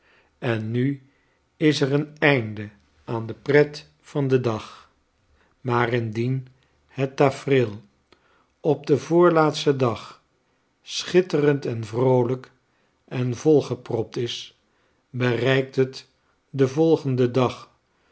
en nu is er een einde aan de pret van den dag maar indien het tafereel op den voorlaatsten dag schitterend en vroolijk en volgepropt is bereikt het den volgenden dag